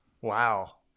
wow